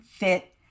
fit